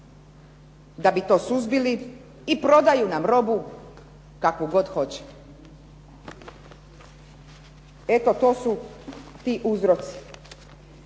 da bi to suzbili i prodaju nam robu kakvu god hoće. Eto to su ti uzroci.